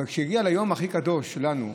אבל כשהגיעו ליום הכי קדוש לנו,